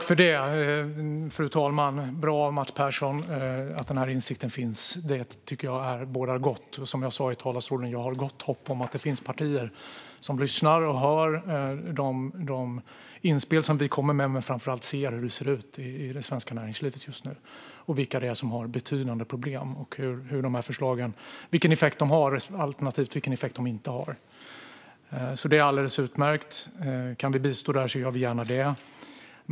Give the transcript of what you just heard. Fru talman! Det är bra att insikten finns hos Mats Persson. Det bådar gott. Som jag sa i talarstolen har jag gott hopp om att det finns partier som lyssnar på och hör de inspel vi kommer med och framför allt ser hur det ser ut i det svenska näringslivet just nu, vilka det är som har betydande problem, vilken effekt eller avsaknad av effekt förslagen har. Detta är alldeles utmärkt. Om vi kan bistå gör vi gärna det.